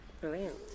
brilliant